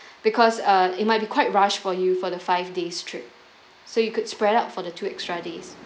because uh it might be quite rush for you for the five days trip so you could spread out for the two extra days